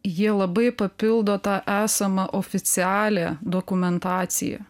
jie labai papildo tą esamą oficialią dokumentaciją